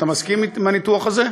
אתה מסכים לניתוח הזה?